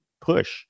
push